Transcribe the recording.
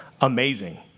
amazing